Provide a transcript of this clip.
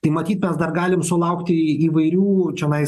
tai matyt mes dar galim sulaukti įvairių čionais